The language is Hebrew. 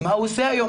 מה הוא עושה היום.